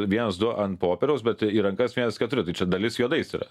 vienas du ant popieriaus bet į rankas vienas keturi tai čia dalis juodais yra